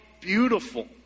beautiful